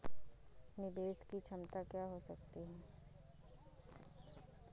निवेश की क्षमता क्या हो सकती है?